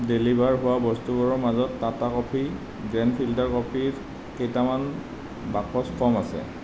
deliver হোৱা বস্তুবোৰৰ মাজত টাটা কফি গ্ৰেণ্ড ফিল্টাৰ কফিৰ কেইটামান বাকচ কম আছে